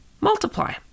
Multiply